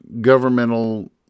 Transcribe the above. governmental